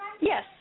Yes